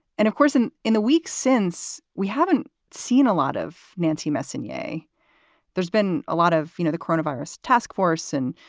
and of course, in in the weeks since, we haven't seen a lot of nancy. messineo there's been a lot of, you know, the coronavirus taskforce and